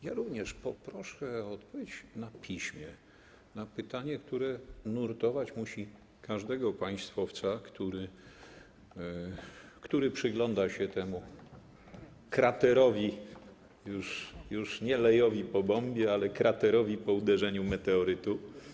Ja również poproszę o odpowiedź na piśmie na pytanie, które musi nurtować każdego państwowca, który przygląda się temu kraterowi, już nie lejowi po bombie, ale kraterowi po uderzeniu meteorytu.